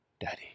Daddy